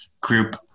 group